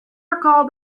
recall